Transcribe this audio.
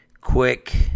Quick